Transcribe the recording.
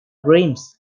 grimes